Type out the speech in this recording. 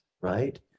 right